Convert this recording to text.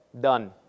Done